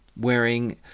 wearing